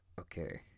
okay